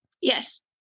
Yes